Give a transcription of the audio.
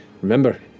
Remember